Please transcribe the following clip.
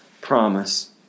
promise